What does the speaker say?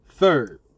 Third